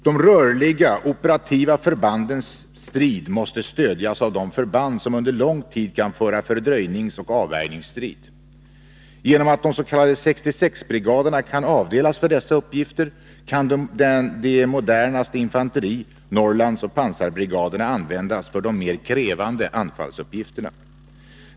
De rörliga operativa förbandens strid måste stödjas av förband som under lång tid kan föra fördröjningsoch avvärjningsstrid. Genom att de s.k. 66-brigaderna kan avdelas för dessa uppgifter kan de modernaste infanteri-, Norrlandsoch pansarbrigaderna användas för de mer krävande anfallsuppgifterna.